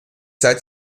seit